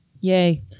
Yay